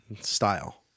style